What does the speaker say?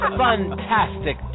fantastic